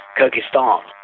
Kyrgyzstan